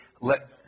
Let